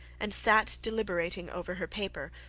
and sat deliberating over her paper,